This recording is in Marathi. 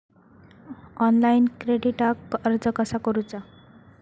ऑनलाइन क्रेडिटाक अर्ज कसा करुचा?